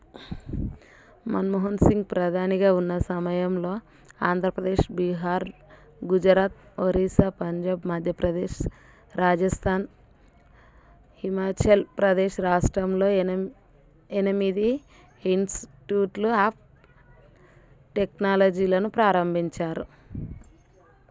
మన్మోహన్ సింగ్ ప్రధానిగా ఉన్న సమయంలో ఆంధ్రప్రదేశ్ బీహార్ గుజరాత్ ఒరిస్సా పంజాబ్ మధ్యప్రదేశ్ రాజస్థాన్ హిమాచల్ ప్రదేశ్ రాష్ట్రంలో ఎనిమిది ఇన్స్ట్యూట్లు ఆఫ్ టెక్నాలజీలను ప్రారంభించారు